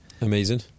Amazing